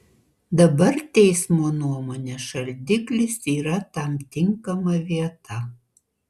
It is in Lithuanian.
dabar teismo nuomone šaldiklis yra tam tinkama vieta